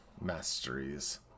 masteries